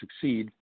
succeed